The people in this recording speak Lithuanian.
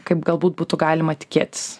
kaip galbūt būtų galima tikėtis